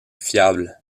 fiable